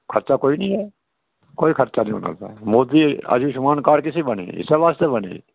खर्चा कोई निं ऐ कोई खर्चा निं होना ऐ मोदी आयुश्मान कार्ड केसी बने इस्सै वास्तै बने